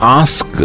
ask